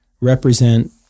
represent